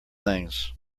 things